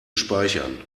speichern